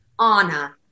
Anna